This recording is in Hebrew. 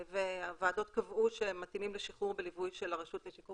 הוועדות קבעו שהם מתאימים לשחרור בליווי של הרשות לשיקום